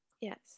Yes